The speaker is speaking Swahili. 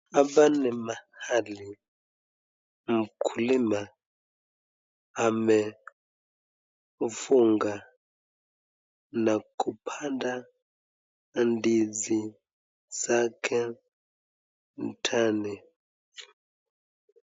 Hapa ni mahali mkulima amefunga na kupanda ndizi zake ndani.